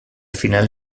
final